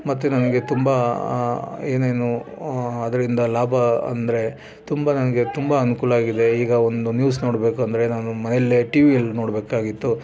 ಮತ್ತು ನನಗೆ ತುಂಬ ಏನೇನು ಅದರಿಂದ ಲಾಭ ಅಂದರೆ ತುಂಬ ನನಗೆ ತುಂಬ ಅನುಕೂಲ ಆಗಿದೆ ಈಗ ಒಂದು ನ್ಯೂಸ್ ನೋಡಬೇಕು ಅಂದರೆ ನಾನು ಮನೆಯಲ್ಲೇ ಟಿವಿಯಲ್ಲಿ ನೋಡಬೇಕಾಗಿತ್ತು